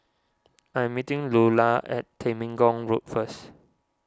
I am meeting Luella at Temenggong Road first